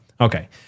Okay